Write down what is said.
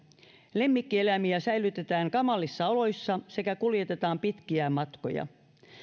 lemmikkieläimiä säilytetään kamalissa oloissa sekä kuljetetaan pitkiä matkoja